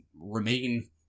remain